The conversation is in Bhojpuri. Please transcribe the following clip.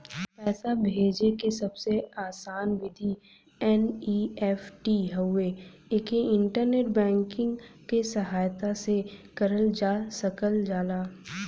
पैसा भेजे क सबसे आसान विधि एन.ई.एफ.टी हउवे एके इंटरनेट बैंकिंग क सहायता से करल जा सकल जाला